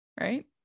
right